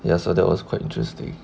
ya so that was quite interesting